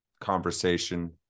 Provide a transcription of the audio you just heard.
conversation